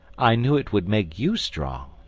i knew it would make you strong,